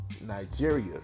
Nigeria